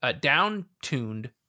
down-tuned